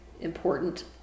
important